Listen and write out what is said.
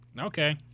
Okay